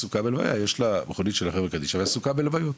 יש לה מכונית של חברה קדישא והיא עסוקה בהלוויות.